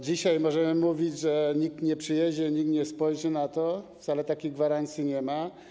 Dzisiaj możemy mówić, że nikt nie przyjedzie, nikt nie spojrzy na to, jednak wcale takiej gwarancji nie ma.